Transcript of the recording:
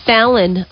Fallon